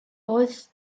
was